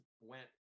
went